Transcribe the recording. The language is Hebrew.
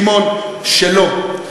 שמעון: שלא.